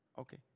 Okay